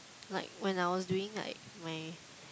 like when I was doing like my